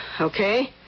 Okay